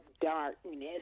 darkness